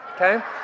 okay